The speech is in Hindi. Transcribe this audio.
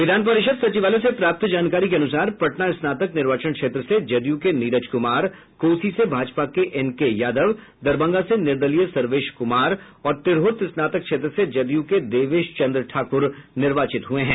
विधान परिषद् सचिवालय से प्राप्त जानकारी के अनुसार पटना स्नातक निर्वाचन क्षेत्र से जदयू के नीरज कुमार कोसी से भाजपा के एन के यादव दरभंगा से निर्दलीय सर्वेश कुमार और तिरहुत स्नातक क्षेत्र से जदयू के देवेश चन्द्र ठाकुर निर्वाचित हुये हैं